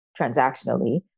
transactionally